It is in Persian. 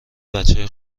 بچه